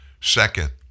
Second